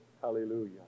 Hallelujah